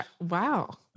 Wow